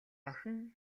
охин